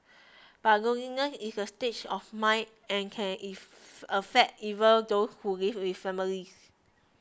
but loneliness is a state of mind and can affect even those who live with families